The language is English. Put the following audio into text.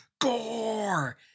gore